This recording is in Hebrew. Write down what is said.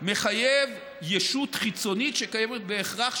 מחייב ישות חיצונית שקיימת בהכרח,